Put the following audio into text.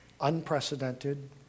unprecedented